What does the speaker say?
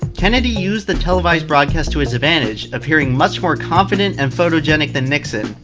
kennedy used the televised broadcast to his advantage, appearing much more confident and photogenic than nixon.